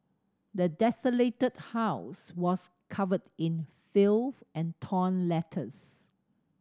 the desolated house was covered in filth and torn letters